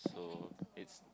so it's